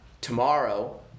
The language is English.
tomorrow